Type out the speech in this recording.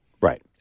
Right